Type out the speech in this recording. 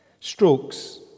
strokes